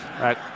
right